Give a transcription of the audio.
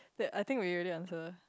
that I think we already answer